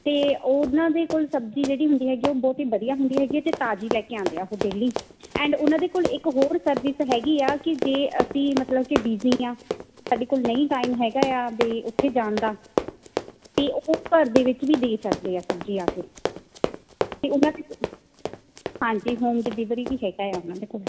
ਅਤੇ ਉਹਨਾਂ ਦੇ ਕੋਲ ਸਬਜ਼ੀ ਜਿਹੜੀ ਹੁੰਦੀ ਹੈਗੀ ਉਹ ਬਹੁਤ ਹੀ ਵਧੀਆ ਹੁੰਦੀ ਹੈਗੀ ਹੈ ਅਤੇ ਤਾਜ਼ੀ ਲੈ ਕੇ ਆਉਂਦੇ ਆ ਉਹ ਡੇਲੀ ਐਂਡ ਉਹਨਾਂ ਦੇ ਕੋਲ ਇੱਕ ਹੋਰ ਸਰਵਿਸ ਹੈਗੀ ਆ ਕਿ ਜੇ ਅਸੀਂ ਮਤਲਬ ਕਿ ਬੀਜੀ ਹਾਂ ਸਾਡੇ ਕੋਲ ਨਹੀਂ ਟਾਈਮ ਹੈਗਾ ਆ ਵੀ ਉੱਥੇ ਜਾਣ ਦਾ ਅਤੇ ਉਹ ਘਰ ਦੇ ਵਿੱਚ ਵੀ ਦੇ ਸਕਦੇ ਆ ਸਬਜ਼ੀ ਆ ਕੇ ਅਤੇ ਉਹਨਾਂ ਦੇ ਹਾਂਜੀ ਹੋਮ ਡਿਲੀਵਰੀ ਵੀ ਹੈਗਾ ਆ ਉਹਨਾਂ ਦੇ ਕੋਲ